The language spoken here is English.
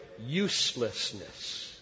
uselessness